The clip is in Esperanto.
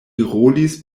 rolis